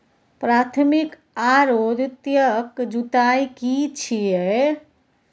प्राथमिक आरो द्वितीयक जुताई की छिये?